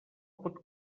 pot